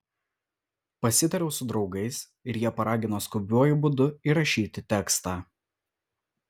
pasitariau su draugais ir jie paragino skubiuoju būdu įrašyti tekstą